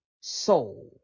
soul